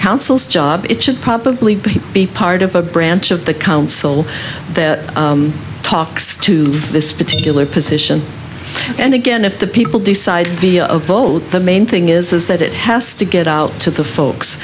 councils job it should probably be part of a branch of the council that talks to this particular position and again if the people decide via of vote the main thing is that it has to get out to the folks